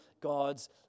God's